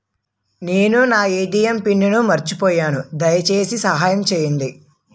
నేను నా ATM pin మర్చిపోయాను, దయచేసి సహాయం చేయండి